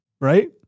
right